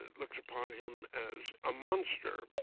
looks upon him as a monster.